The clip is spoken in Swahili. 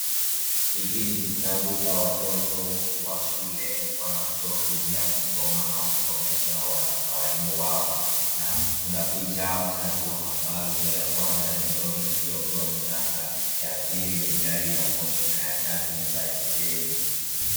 Hiki ni kitabu cha watoto wa shule wanachotumia kusoma au kusomeshwa na walimu wao. Na kuna picha tatu ambazo ya kwanza ni lori iliyobeba mchanga ya pili ni gari ya moshi na ya tatu ni baiskeli,